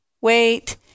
wait